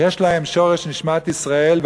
יש להם שורש נשמת ישראל,